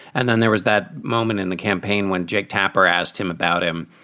and then there was that moment in the campaign when jake tapper asked him about him.